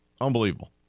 unbelievable